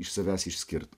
iš savęs išskirt